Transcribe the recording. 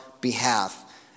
behalf